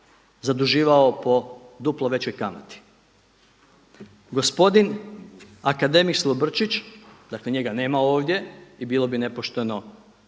zaduživao po duplo većoj kamati. Gospodin akademik Silobrčić, dakle njega nema ovdje i bilo bi nepošteno